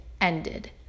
ended